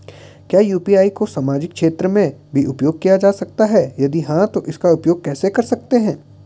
क्या यु.पी.आई को सामाजिक क्षेत्र में भी उपयोग किया जा सकता है यदि हाँ तो इसका उपयोग कैसे कर सकते हैं?